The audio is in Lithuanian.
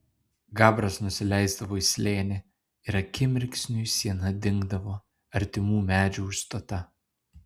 gabras nusileisdavo į slėnį ir akimirksniui siena dingdavo artimų medžių užstota